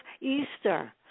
Easter